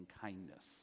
kindness